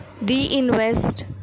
Reinvest